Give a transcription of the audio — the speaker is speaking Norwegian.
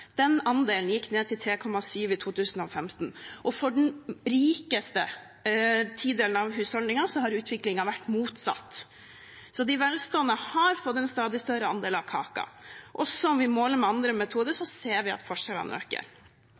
Den andelen gikk ned til 3,7 i 2015. For den rikeste tidelen av husholdningene har utviklingen vært motsatt. De velstående har fått en stadig større andel av kaken. Også om vi måler med andre metoder, ser vi at forskjellene øker.